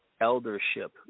eldership